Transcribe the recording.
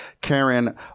Karen